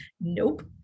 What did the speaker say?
nope